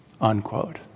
unquote